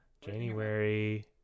January